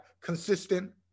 consistent